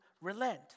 relent